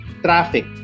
traffic